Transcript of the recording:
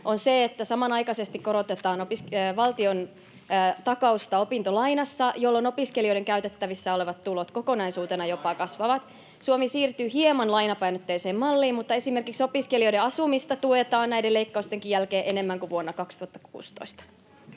on se, että samanaikaisesti korotetaan valtiontakausta opintolainassa, jolloin opiskelijoiden käytettävissä olevat tulot kokonaisuutena jopa kasvavat. [Vasemmalta: Lainarahaa!] Suomi siirtyy hieman lainapainotteiseen malliin, mutta esimerkiksi opiskelijoiden asumista tuetaan näiden leikkaustenkin jälkeen enemmän kuin vuonna 2016.